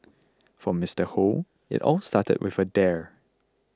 for Mister Hoe it all started with a dare